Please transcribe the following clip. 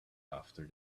after